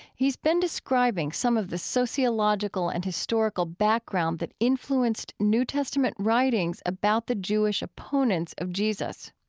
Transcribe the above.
he's been describing some of the sociological and historical background that influenced new testament writings about the jewish opponents of jesus.